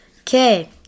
Okay